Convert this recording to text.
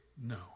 no